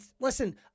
Listen